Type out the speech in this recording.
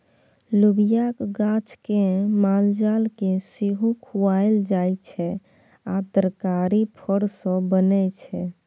लोबियाक गाछ केँ मालजाल केँ सेहो खुआएल जाइ छै आ तरकारी फर सँ बनै छै